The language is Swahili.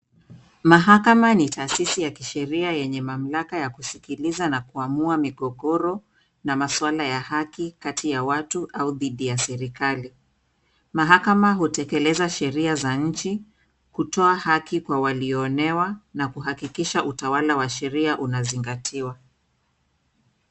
Mahakama ni taasisi ya kisheria yenye mamlaka ya kusikiliza na kuamua migogoro, na masuala ya haki, kati ya watu au dhidi ya serikali. Mahakama hutekeleza sheria za nchi, kutoa haki kwa walionewa, na kuhakikisha utawala wa sheria unazingatiwa.